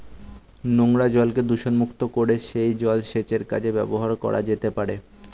নোংরা জলকে দূষণমুক্ত করে সেই জল সেচের কাজে ব্যবহার করা যেতে পারে